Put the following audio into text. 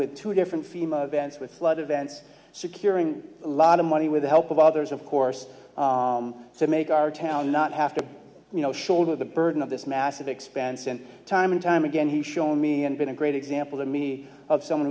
with two different fema vents with flood events securing a lot of money with the help of others of course so make our town not have to shoulder the burden of this massive expense and time and time again he's shown me and been a great example to me of someone